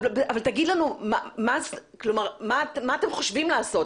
אבל תגיד לנו מה אתם חושבים לעשות.